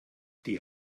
die